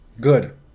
Good